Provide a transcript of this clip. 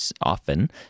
often